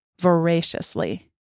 voraciously